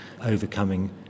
overcoming